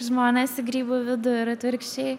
žmones į grybų vidų ir atvirkščiai